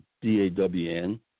D-A-W-N